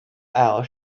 aisle